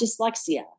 dyslexia